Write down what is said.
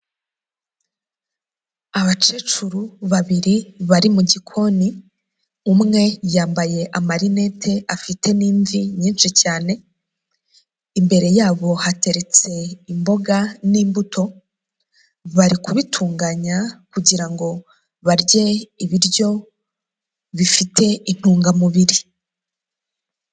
Abakecuru babiri bari mu gikoni, umwe yambaye amarinete afite n'imvi nyinshi cyane, imbere yabo hateretse imboga n'imbuto bari kubitunganya kugira ngo barye ibiryo bifite intungamubiri.